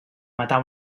matar